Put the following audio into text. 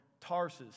Tarsus